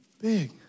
big